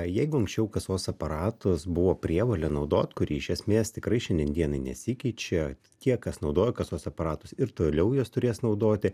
jeigu anksčiau kasos aparatus buvo prievolė naudot kurie iš esmės tikrai šiandien dienai nesikeičia tie kas naudoja kasos aparatus ir toliau juos turės naudoti